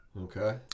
Okay